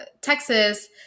Texas